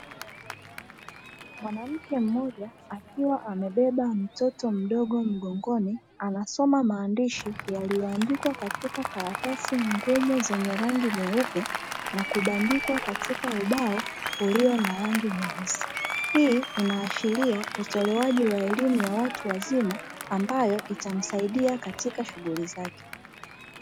Mwanamke moja akiwa amebeba mtoto mdogo mgongoni anasoma maandishi yaliyoandikwa katika karatsi ngumu zenye rangi nyeupe, na kubandikwa katika ubao wenye rangi nyeusi. Hii inaashiria utolewaji wa eimu ya watu wazima mabayo itamsaidia katika shughui zake.